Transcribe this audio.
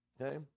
Okay